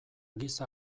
giza